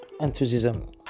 enthusiasm